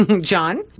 John